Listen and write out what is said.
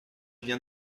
viens